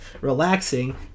relaxing